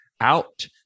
out